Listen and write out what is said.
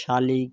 শালিক